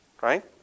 Right